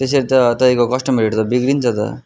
त्यसरी त तपाईँको कस्टमरहरू त बिग्रन्छ त